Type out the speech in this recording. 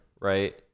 right